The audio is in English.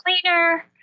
cleaner